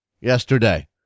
yesterday